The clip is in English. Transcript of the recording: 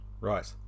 Right